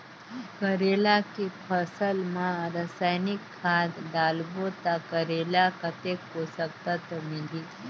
करेला के फसल मा रसायनिक खाद डालबो ता करेला कतेक पोषक तत्व मिलही?